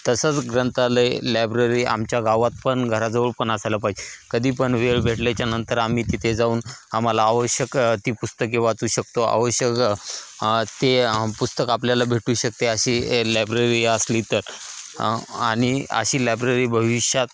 तसंच ग्रंथालय लायब्ररी आमच्या गावात पण घराजवळ पण असायला पाहिजे कधीपण वेळ भेटल्याच्या नंतर आम्ही तिथे जाऊन आम्हाला आवश्यक ती पुस्तके वाचू शकतो आवश्यक ते पुस्तक आपल्याला भेटू शकते अशी लाॅब्ररी असली तर आणि अशी लायब्ररी भविष्यात